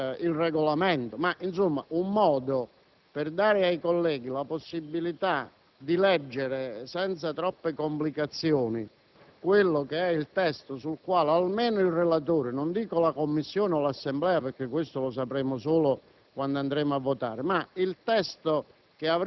sia utile trovare un modo per dare ai colleghi la possibilità di leggere senza troppe complicazioni il testo che almeno il relatore (non dico la Commissione o l'Assemblea, perché questo lo sapremo solo quando andremo a votare) ha in mente,